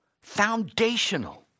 foundational